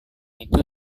itu